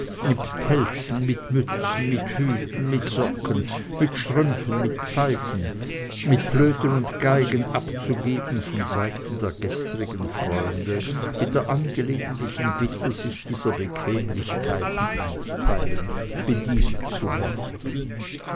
pelzen mit mützen mit hüten mit socken mit strümpfen mit pfeifen mit flöten und geigen abzugeben von seiten der gestrigen freunde mit der angelegentlichen bitte sich dieser bequemlichkeiten einstweilen bedienen zu wollen